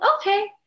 okay